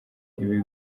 ibi